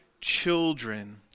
children